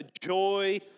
joy